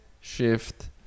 shift